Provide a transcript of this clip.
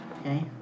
Okay